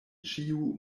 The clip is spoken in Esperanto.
ĉiuj